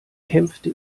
kämpfte